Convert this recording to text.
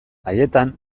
haietan